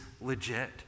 legit